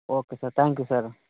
okay sir thank you sir